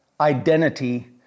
identity